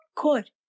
good